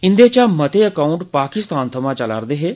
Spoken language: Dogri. इंदे चा मते एकाउंट ाकिस्तान थमां चला रदे हे